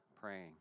praying